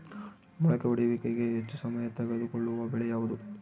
ಮೊಳಕೆ ಒಡೆಯುವಿಕೆಗೆ ಹೆಚ್ಚು ಸಮಯ ತೆಗೆದುಕೊಳ್ಳುವ ಬೆಳೆ ಯಾವುದು?